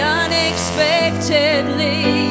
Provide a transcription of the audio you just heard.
unexpectedly